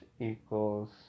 equals